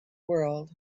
world